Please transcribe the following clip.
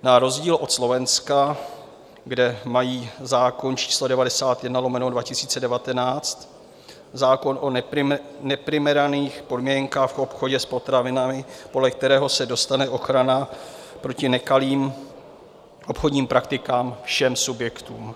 Na rozdíl od Slovenska, kde mají zákon č. 91/2019, zákon o neprimeraných podmienkach v obchode s potravinami, podle kterého se dostane ochrana proti nekalým obchodním praktikám všem subjektům.